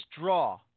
draw